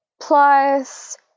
plus